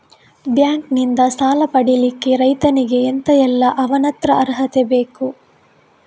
Bank ನಿಂದ ಸಾಲ ಪಡಿಲಿಕ್ಕೆ ರೈತನಿಗೆ ಎಂತ ಎಲ್ಲಾ ಅವನತ್ರ ಅರ್ಹತೆ ಬೇಕು?